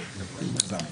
הצבעה בוועדה על הקריאה